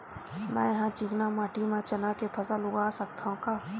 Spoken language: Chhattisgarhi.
मै ह चिकना माटी म चना के फसल उगा सकथव का?